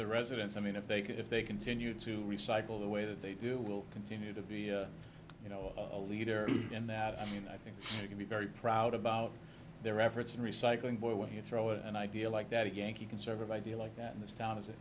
the residents i mean if they can if they continue to recycle the way that they do will continue to be you know a leader and that i mean i think you can be very proud about their efforts in recycling boy when you throw an idea like that yankee conservative idea like that in this town as it